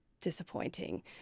disappointing